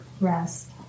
rest